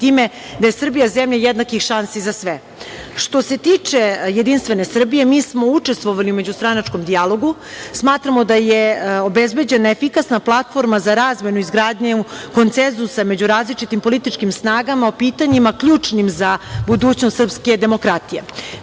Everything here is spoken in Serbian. time da je Srbija zemlja jednakih šansi za sve. Što se tiče Jedinstvene Srbije, mi smo učestvovali u međustranačkom dijalogu. Smatramo da je obezbeđena efikasna platforma za razmenu i izgradnju konsenzusa među različitim političkim snagama o pitanjima ključnim za budućnost srpske demokratije. Predlozima